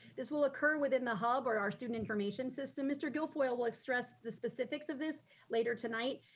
this will occur within the hub or our student information system. mr. guilfoyle will stress the specifics of this later tonight.